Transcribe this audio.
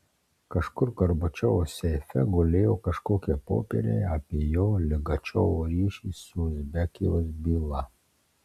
kažkur gorbačiovo seife gulėjo kažkokie popieriai apie jo ligačiovo ryšį su uzbekijos byla